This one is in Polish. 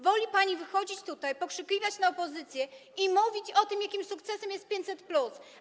Woli pani wychodzić tutaj, pokrzykiwać na opozycję i mówić o tym, jakim sukcesem jest 500+.